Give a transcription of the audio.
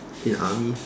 in army